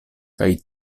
kaj